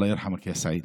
אללה ירחמכ, יא סעיד.